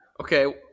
Okay